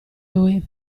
lui